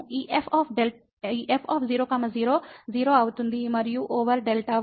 ఈ f 00 0 అవుతుంది మరియు ఓవర్ Δy మరియు Δy → 0